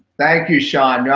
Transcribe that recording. thank you, shawn.